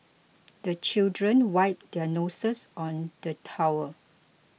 the children wipe their noses on the towel